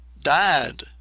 died